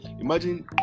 Imagine